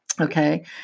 Okay